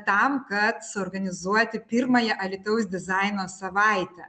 tam kad suorganizuoti pirmąją alytaus dizaino savaitę